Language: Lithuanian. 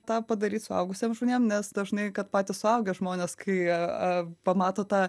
tą padaryt suaugusiem žmonėm nes dažnai kad patys suaugę žmonės kai jie pamato tą